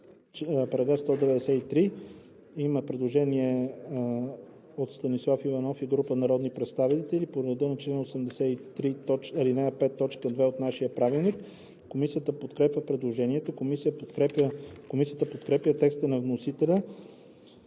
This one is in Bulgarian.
По § 193 има предложение от Станислав Иванов и група народни представители по реда на чл. 83, ал. 5, т. 2 от нашия правилник. Комисията подкрепя предложението. Комисията подкрепя по принцип текста на вносителя